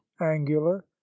angular